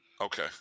Okay